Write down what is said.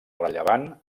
rellevant